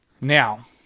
Now